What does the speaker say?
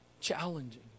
challenging